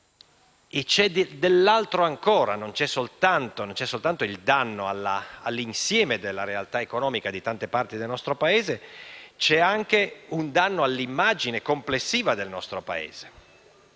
ancora dell'altro: non soltanto il danno all'insieme della realtà economica di tante parti del Paese, ma anche un danno all'immagine complessiva del Paese,